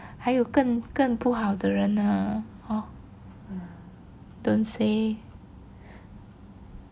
还有更更不好的人的 hor don't say